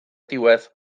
diwedd